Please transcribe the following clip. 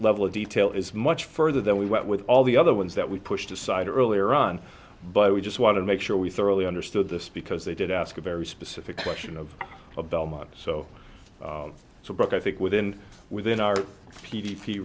level of detail is much further than we went with all the other ones that we pushed aside earlier on but we just want to make sure we thoroughly understood this because they did ask a very specific question of a belmont so so brooke i think within within our